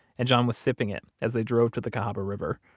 and john was sipping it as they drove to the cahaba river.